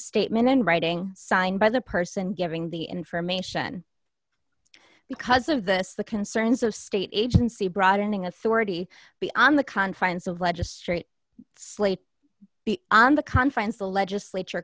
statement in writing signed by the person giving the information because of this the concerns of state agency broadening authority be on the confines of legist straight slate on the conference the legislature